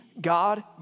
God